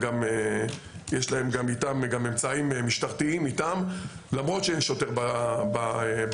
יש להם איתם גם אמצעים משטרתיים למרות שיש שוטר בניידת.